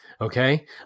Okay